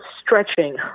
stretching